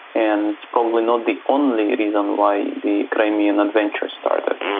and it's probably not the only reason why the ukrainian adventure started,